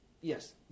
Yes